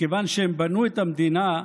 מכיוון שהם בנו את המדינה,